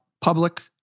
public